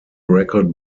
record